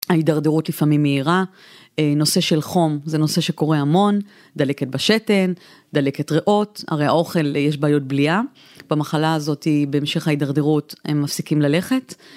ההידרדרות לפעמים מהירה, נושא של חום זה נושא שקורה המון, דלקת בשתן, דלקת ריאות, הרי האוכל יש בעיות בליעה, במחלה הזאת במשך ההידרדרות הם מפסיקים ללכת.